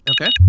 Okay